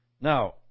Now